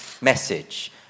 message